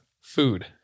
food